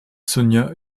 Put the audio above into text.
sonia